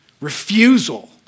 Refusal